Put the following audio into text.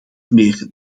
meer